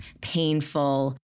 painful